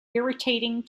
irritating